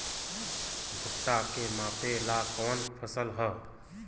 भूट्टा के मापे ला कवन फसल ह?